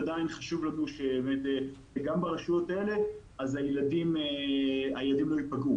עדיין חשוב לנו שבאמת גם ברשויות האלה הילדים לא ייפגעו.